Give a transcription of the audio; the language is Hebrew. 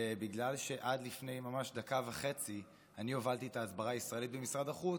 בגלל שעד לפני ממש דקה וחצי אני הובלתי את ההסברה הישראלית במשרד החוץ,